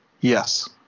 Yes